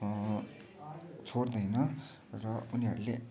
छोड्दैन र उनीहरूले